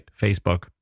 Facebook